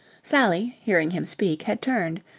sally, hearing him speak, had turned.